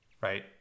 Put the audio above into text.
right